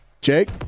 Jake